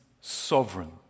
sovereign